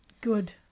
Good